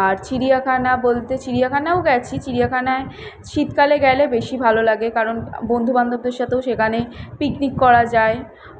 আর চিড়িয়াখানা বলতে চিড়িয়াখানাও গেছি চিড়িয়াখানায় শীতকালে গেলে বেশি ভালো লাগে কারণ বন্ধু বান্ধবদের সাথেও সেখানে পিকনিক করা যায়